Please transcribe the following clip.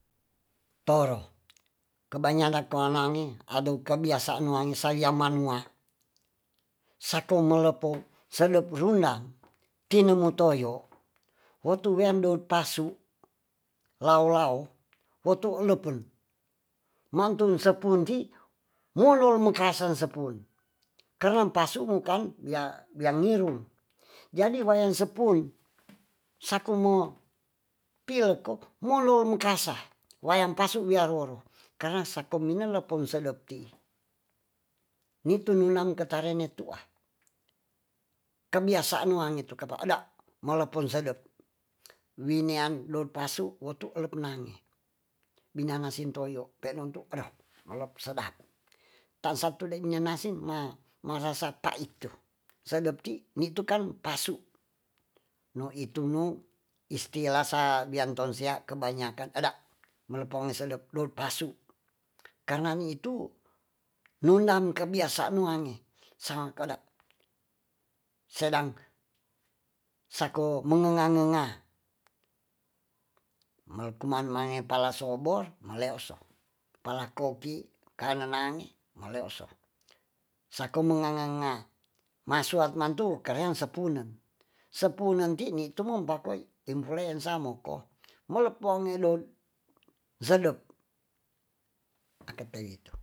Toro kebanyangat koa koa mangi adu kebiasaan wangi saia manua sako melepo selep rundang tinu mu toyo wotu wean dout pasu lao lao wotu elepen mantu sepunti mulul mekasen sepun karnam pasu mungkan ya ngirung jadi wayang sepui saku mo pile ko mulul mekasa wayang pasu wia roro kara sako mina lapon sedep tii nitu nunang ketare ne tua kebiasaan wange tu kepada malepon sedep winean dout pasu wotu lepnange binanga sintoyo penon tu odo melep sedap tansa tu dei minya nasi ma rasa pait tu sedep ti nitu kan pasu nu itu nu istila sa bian tonsea kebanyakan eda melepo mi sedep dut pasu karna ngi itu nunang kebiasaan nuange saang kedak sedang sako mengenga ngenga male kuman mange pala sobor maleo so pala kopi kane nange maleo so sako mengenga ngenga masuap nan tu kareang sepunen. sepunen ti ni tumum pakoi inpluensa moko melep wange do sedep kakepeye tu